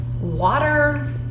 water